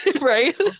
Right